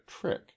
trick